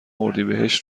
اردیبهشت